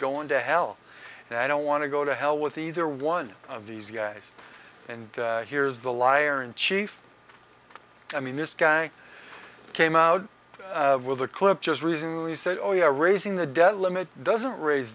going to hell and i don't want to go to hell with either one of these guys and here's the liar in chief i mean this guy came out with a clip just recently said oh you are raising the debt limit doesn't raise